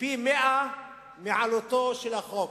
פי-מאה מעלותו של החוק.